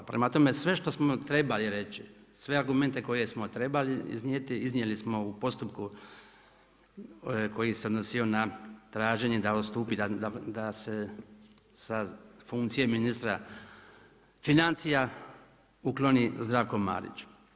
Prema tome sve što smo trebali reći, sve argumente koje smo trebali iznijeti iznijeli smo u postupku koji se odnosio na traženje da odstupi, da se sa funkcije ministra financija ukloni Zdravko Marić.